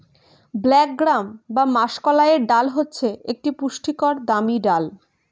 black gram বা মাষকলাইয়ের ডাল হচ্ছে একটি পুষ্টিকর দামি ডাল